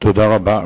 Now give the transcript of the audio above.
תודה רבה.